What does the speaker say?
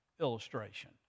illustration